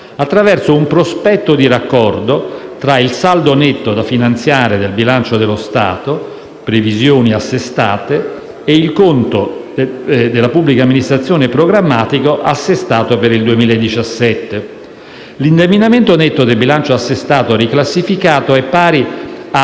attraverso un prospetto di raccordo tra il saldo netto da finanziare del bilancio dello Stato-previsioni assestate e il conto della pubblica amministrazione programmatico assestato per il 2017. L'indebitamento netto del bilancio assestato riclassificato è pari a